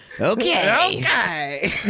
Okay